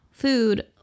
Food